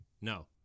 no